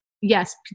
yes